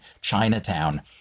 Chinatown